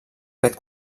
aquest